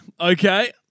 Okay